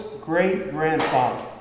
great-grandfather